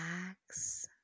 relax